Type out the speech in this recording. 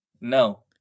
No